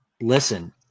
listen